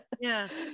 yes